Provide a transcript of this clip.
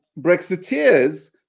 Brexiteers